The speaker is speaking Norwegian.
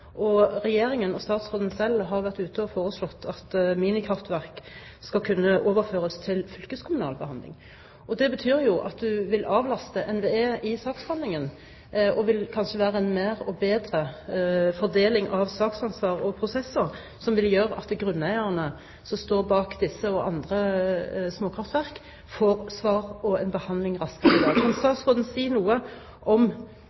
Regjeringen og statsråden selv har vært ute og foreslått at minikraftverk skal kunne overføres til fylkeskommunal behandling. Det betyr jo at en vil avlaste NVE i saksbehandlingen, og det vil kanskje være en bedre fordeling av saksansvar og prosesser, som vil gjøre at grunneierne som står bak disse og andre småkraftverk, får svar – og behandling – raskt. Kan statsråden si noe om